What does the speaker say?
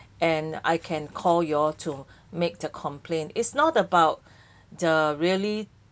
and I can call your to make the complaint is not about the really